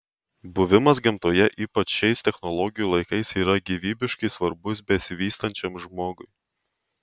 buvimas gamtoje ypač šiais technologijų laikais yra gyvybiškai svarbus besivystančiam žmogui